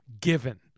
given